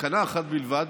תקנה אחת בלבד,